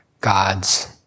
gods